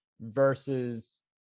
versus